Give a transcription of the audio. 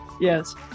Yes